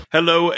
Hello